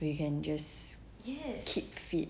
we can just keep fit